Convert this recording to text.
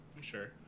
Sure